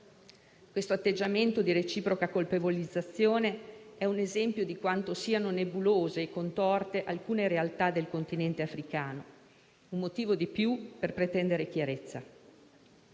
Questo atteggiamento di reciproca colpevolizzazione è un esempio di quanto siano nebulose e contorte alcune realtà del continente africano, un motivo di più per pretendere chiarezza.